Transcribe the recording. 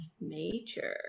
Nature